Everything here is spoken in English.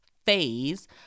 Phase